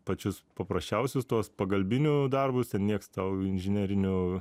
pačius paprasčiausius tuos pagalbinių darbus nieks tau inžinerinių